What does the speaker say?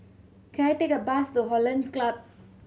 can I take a bus to Hollandse Club